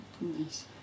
Nice